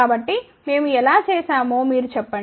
కాబట్టి మేము ఎలా చేసామో మీరు చెప్పండి